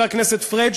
חבר הכנסת פריג',